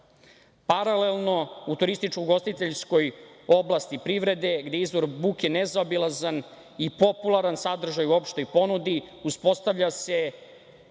pojačana. Paralelno, u turističko-ugostiteljskoj oblasti privrede, gde je izvor buke nezaobilazan i popularan sadržaj u opštoj ponudi, uspostavlja se